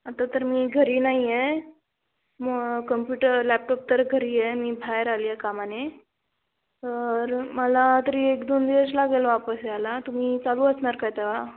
आता तर मी घरी नाही आहे मग कम्प्युटर लॅपटॉप तर घरी आहे मी बाहेर आली आहे कामाने तर मला तरी एक दोन दिवस लागेल वापस यायला तुम्ही चालू असणार काय तेव्हा